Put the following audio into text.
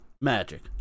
magic